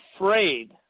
afraid